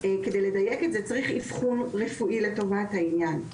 כדי לדייק את זה צריך אבחון רפואי לטובת העניין.